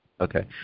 Okay